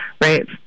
right